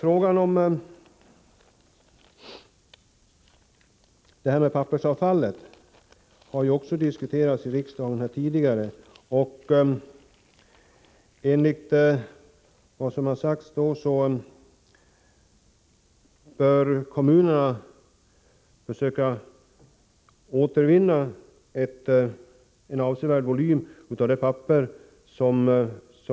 Omhändertagandet av pappersavfall har också diskuterats här i riksdagen tidigare. Enligt vad som då har sagts bör kommunerna försöka återvinna en avsevärd volym av det papper som finns.